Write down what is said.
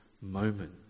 moment